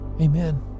amen